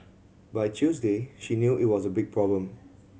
by Tuesday she knew it was a big problem